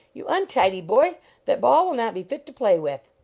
you untidy boy that ball will not be fit to play with!